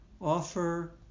offer